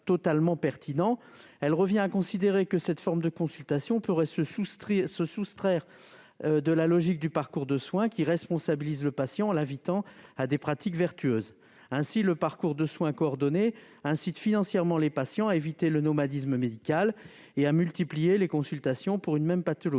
Elle revient à considérer que cette forme de consultation pourrait se soustraire à la logique du parcours de soins, qui responsabilise le patient en l'invitant à des pratiques vertueuses. Ainsi le parcours de soins coordonné incite-t-il financièrement les patients à éviter le nomadisme médical et à ne pas multiplier les téléconsultations pour une même pathologie.